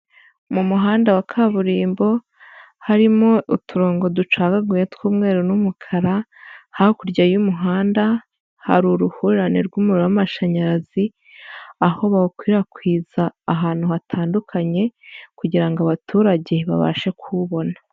Mu muhanda wa kaburimbo harimo uturongo ducagaguye tw'umweru n'umukara, hakurya y'umuhanda hari uruhurirane rw'umuhanda w'amashanyarazi, aho bawukwirakwiza ahantu hatandukanye kugira ngo abaturage babashe kuwubona.